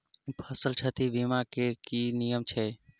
फसल क्षति बीमा केँ की नियम छै?